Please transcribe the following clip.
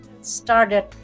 started